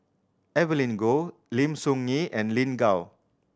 Evelyn Goh Lim Soo Ngee and Lin Gao